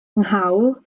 nghawl